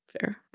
fair